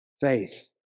faith